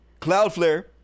Cloudflare